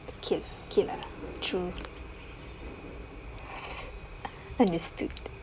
okay okay lah true understood